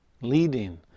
leading